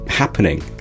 happening